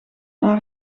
naar